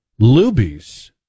Lubies